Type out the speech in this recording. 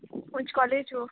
खंचे कॉलेजू